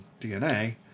DNA